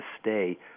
stay